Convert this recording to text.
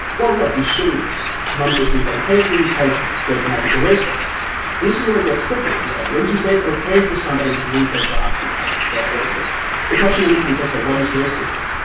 well, look, you shouldn't lump this in with other cases because black enough is a racist and this is where it gets sticky. right. wouldn't you say it's okay for somebody to lose their job because they're racist? the question then becomes, ok, what is racism?